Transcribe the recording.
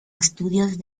estudios